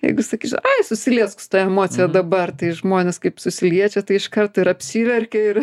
jeigu sakysiu ai susiliesk su ta emocija dabar tai žmonės kaip susiliečia tai iškart ir apsiverkia ir